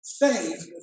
Faith